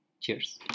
Cheers